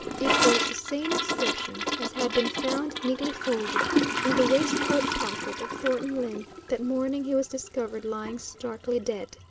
it was the same inscription as had been found neatly folded in the waistcoat pocket of thornton lyne that morning he was discovered lying starkly dead.